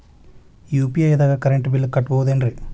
UPI ದಾಗ current bill ಕಟ್ಟಬಹುದೇನ್ರಿ?